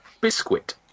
biscuit